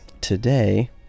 Today